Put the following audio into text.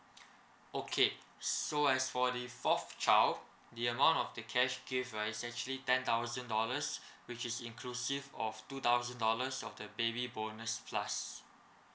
okay so as for the fourth child the amount of the cash given is actually ten thousand dollars which is inclusive of two thousand dollars of the baby bonus plus